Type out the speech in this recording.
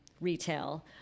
retail –